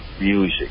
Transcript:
music